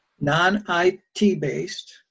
non-IT-based